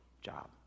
job